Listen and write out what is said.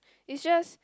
it's just